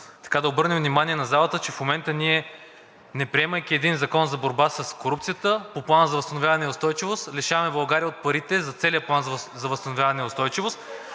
да обърнем внимание на залата, че в момента, неприемайки един закон за борба с корупцията, по Плана за възстановяване и устойчивост лишаваме България от парите за целия План за възстановяване и устойчивост.